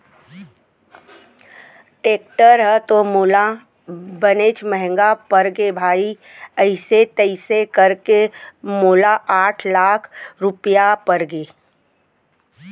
tractor ह तो मोला बनेच महँगा परगे भाई अइसे तइसे करके मोला आठ लाख रूपया परगे